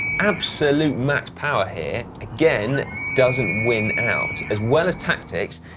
absolute max power here, again, doesn't win out. as well as tactics,